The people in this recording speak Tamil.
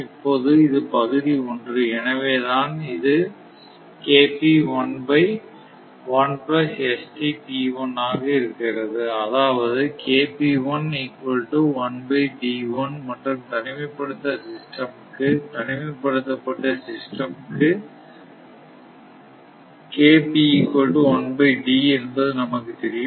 இப்போது இது பகுதி 1 எனவே தான் இது ஆக இருக்கிறது அதாவதுமற்றும் தனிமைப்படுத்தப்பட்ட சிஸ்டம் க்கு என்பது நமக்குத் தெரியும்